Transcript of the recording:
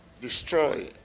destroy